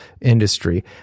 industry